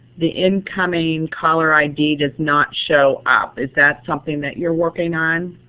the incoming caller id does not show up. is that something that you are working on?